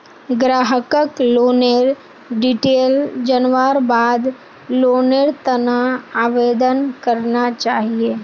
ग्राहकक लोनेर डिटेल जनवार बाद लोनेर त न आवेदन करना चाहिए